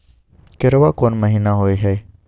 केराव कोन महीना होय हय?